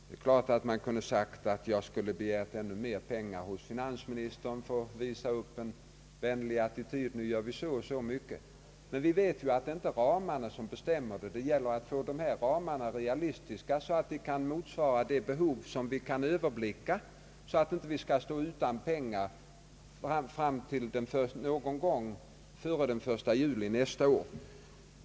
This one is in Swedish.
Det är klart att man kan säga att jag borde ha begärt ännu mer pengar hos finansministern för att visa upp en vänlig attityd, men det gäller att få ramarna realistiska så att de motsvarar de behov vi kan överblicka och så att vi inte står utan pengar före den 1 juli nästa år.